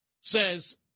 says